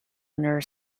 lunar